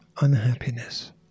unhappiness